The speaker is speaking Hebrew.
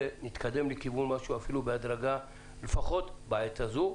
נתקדם בהדרגה לפחות בעת הזאת,